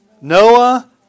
Noah